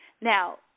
Now